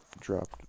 dropped